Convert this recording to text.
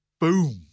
boom